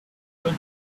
good